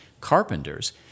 carpenters